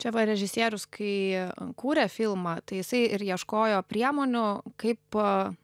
čia režisierius kai kūrė filmą tai jisai ir ieškojo priemonių kaip a